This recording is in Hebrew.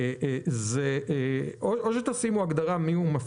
לבעל היתר מותר